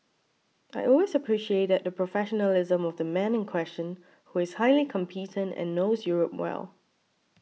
I always appreciated the professionalism of the man in question who is highly competent and knows Europe well